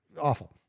awful